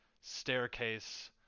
staircase